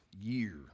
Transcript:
year